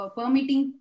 permitting